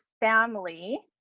family